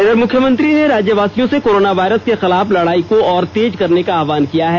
वहीं मुख्यमंत्री ने राज्यवासियों से कोरोना वायरस के खिलाफ लड़ाई को और तेज करने का आहवान किया है